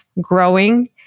growing